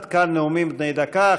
עד כאן נאומים בני דקה.